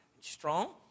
strong